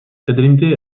délimité